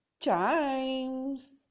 Chimes